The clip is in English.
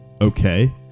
okay